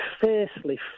fiercely